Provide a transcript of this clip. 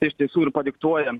tai iš tiesų ir padiktuoja